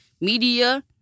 media